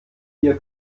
ihr